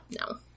No